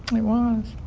was.